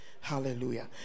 Hallelujah